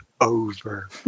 over